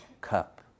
cup